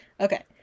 Okay